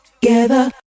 together